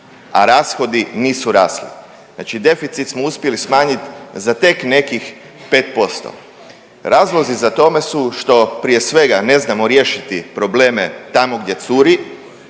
a rashodi nisu rasli. Znači deficit smo uspjeli smanjiti za te nekih 5%. Razlozi za tome su što prije svega, ne znamo riješiti probleme tamo gdje curi,